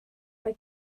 mae